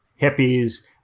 hippies